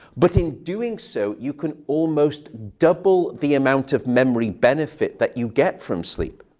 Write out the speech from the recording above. but in doing so, you can almost double the amount of memory benefit that you get from sleep.